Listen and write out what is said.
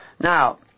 Now